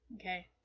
okay